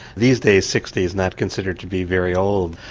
these days sixty is not considered to be very old,